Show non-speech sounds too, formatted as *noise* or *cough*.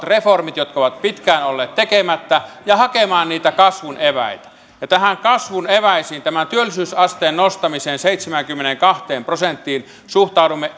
*unintelligible* reformit jotka ovat pitkään olleet tekemättä ja hakemaan niitä kasvun eväitä näihin kasvun eväisiin tämän työllisyysasteen nostamiseen seitsemäänkymmeneenkahteen prosenttiin suhtaudumme *unintelligible*